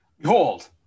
Behold